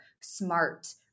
smart